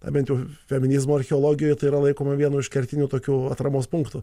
na bent jau feminizmo archeologijoj tai yra laikoma vienu iš kertinių tokių atramos punktų